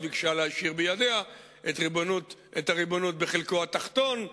וביקשה להשאיר בידיה את הריבונות בחלקו התחתון.